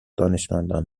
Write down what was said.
دانشمندان